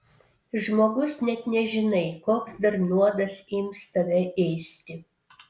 žmogus net nežinai koks dar nuodas ims tave ėsti